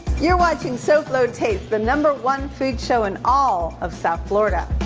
you're watching so flo taste the number one food show in all of south florida.